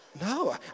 No